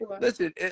listen